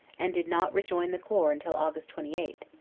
and did not rejoin the corps until aug. twenty eight,